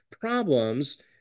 problems